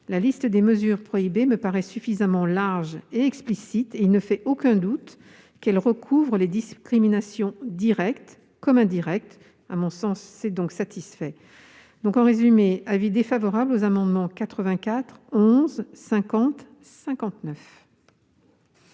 la liste des mesures prohibées me paraît suffisamment détaillée et explicite. Il ne fait aucun doute qu'elle recouvre les discriminations directes et indirectes. À mon sens, cet amendement est satisfait. En résumé, la commission est défavorable aux amendements n 84, 11, 50 et 59.